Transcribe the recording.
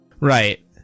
Right